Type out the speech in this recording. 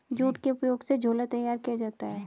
jute के उपयोग से झोला तैयार किया जाता है